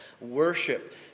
worship